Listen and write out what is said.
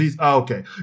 Okay